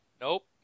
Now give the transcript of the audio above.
Nope